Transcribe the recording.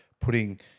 putting